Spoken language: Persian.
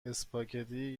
اسپاگتی